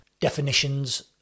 definitions